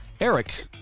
Eric